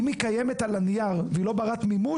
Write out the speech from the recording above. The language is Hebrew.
אם היא קיימת על הנייר והיא לא בת מימוש,